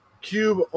Cube